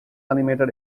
animated